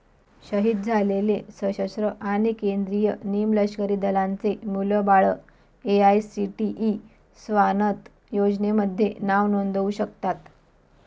शहीद झालेले सशस्त्र आणि केंद्रीय निमलष्करी दलांचे मुलं बाळं ए.आय.सी.टी.ई स्वानथ योजनेमध्ये नाव नोंदवू शकतात